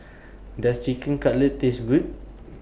Does Chicken Cutlet Taste Good